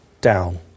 down